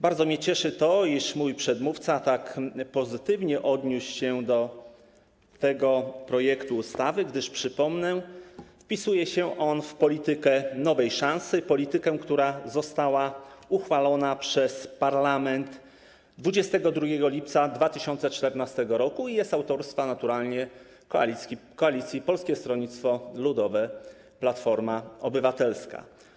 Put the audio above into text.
Bardzo mnie cieszy to, iż mój przedmówca tak pozytywnie odniósł się do tego projektu ustawy, gdyż - przypomnę - wpisuje się on w „Politykę nowej szansy”, politykę, która została uchwalona przez parlament 22 lipca 2014 r. i jest autorstwa naturalnie koalicji Polskie Stronnictwo Ludowe - Platforma Obywatelska.